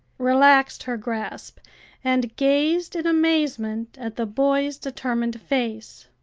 relaxed her grasp and gazed in amazement at the boy's determined face.